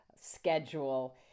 schedule